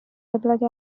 وبلاگ